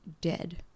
dead